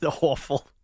Awful